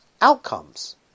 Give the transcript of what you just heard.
outcomes